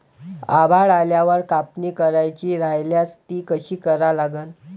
आभाळ आल्यावर कापनी करायची राह्यल्यास ती कशी करा लागन?